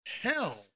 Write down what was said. hell